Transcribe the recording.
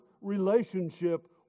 relationship